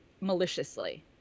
maliciously